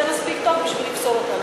זה מספיק טוב בשביל לפסול אותם.